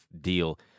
deal